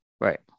Right